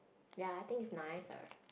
ya I think is nicer